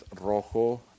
rojo